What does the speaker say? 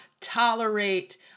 tolerate